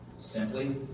Simply